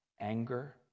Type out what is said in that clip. anger